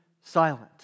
silent